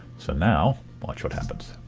so now, watch what happens.